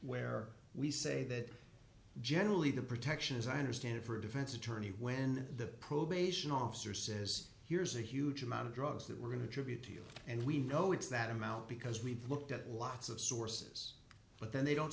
where we say that generally the protection is i understand for a defense attorney when the probation officer says here's a huge amount of drugs that we're going to tribute to you and we know it's that amount because we've looked at lots of sources but then they don't